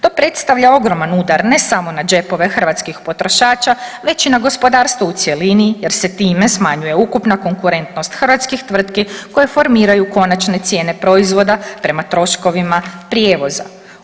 To predstavlja ogroman udar, ne samo na džepove hrvatskih potrošača, već i na gospodarstvo u cjelini, jer se time smanjuje ukupna konkurentnost hrvatskih tvrtki koje formiraju konačne cijene proizvoda prema troškovima prijevoza.